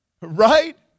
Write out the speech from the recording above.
Right